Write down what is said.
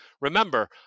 Remember